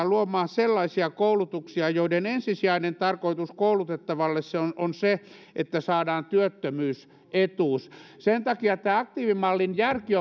luomaan sellaisia koulutuksia joiden ensisijainen tarkoitus koulutettavalle on on se että saadaan työttömyysetuus sen takia aktiivimallin järki